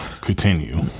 Continue